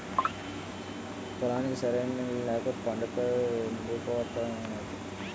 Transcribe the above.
పొలానికి సరైన నీళ్ళు లేక పంటంతా యెండిపోనాది